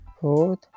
Fourth